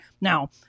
now